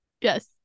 Yes